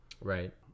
Right